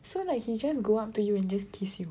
so like he just go up to you and just kiss you